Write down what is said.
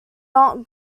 not